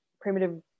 primitive